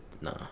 nah